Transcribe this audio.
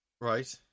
Right